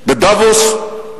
בדבוס,